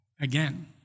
again